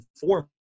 four